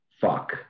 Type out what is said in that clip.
Fuck